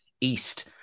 East